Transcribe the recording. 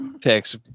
Text